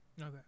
okay